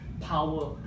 power